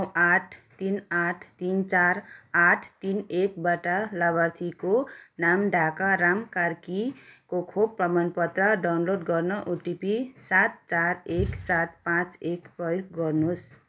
mobile number छ शून्य नौ आठ तिन आठ तिन चार आठ तिन एकबाट लाभार्थीको नाम ढाका राम कार्कीको खोप प्रमाणपत्र डाउनलोड गर्न ओटिपी सात चार एक सात पाँच एक प्रयोग गर्नुहोस्